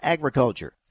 Agriculture